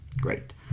Great